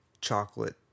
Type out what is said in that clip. chocolate